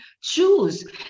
choose